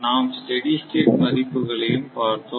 நாம் steady state மதிப்புகளையும் பார்த்தோம்